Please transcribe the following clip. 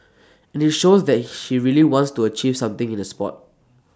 and IT shows that she really wants to achieve something in the Sport